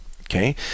okay